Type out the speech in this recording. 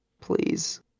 please